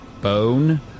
bone